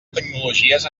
tecnologies